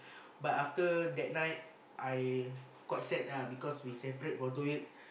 but after that night I quite sad ah because we separate for two weeks